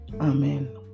Amen